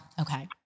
okay